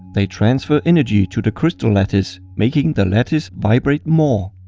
they transfer energy to the crystal lattice making the lattice vibrate more.